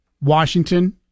Washington